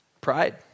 pride